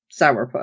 sourpuss